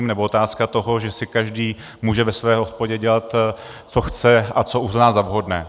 Nebo otázka toho, že si každý může ve své hospodě dělat, co chce a co uzná za vhodné.